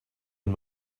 and